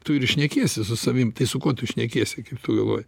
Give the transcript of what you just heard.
tu ir šnekiesi su savim tai su kuo tu šnekiesi kaip tu galvoji